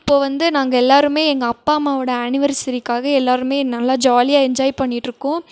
இப்போது வந்து நாங்கள் எல்லோருமே எங்கள் அப்பா அம்மாவோடய ஆனிவெர்சரிக்காக எல்லோருமே நல்லா ஜாலியாக என்ஜாய் பண்ணிகிட்ருக்கோம்